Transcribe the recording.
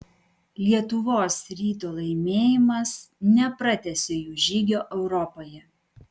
lietuvos ryto laimėjimas nepratęsė jų žygio europoje